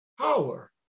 power